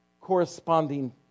corresponding